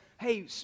hey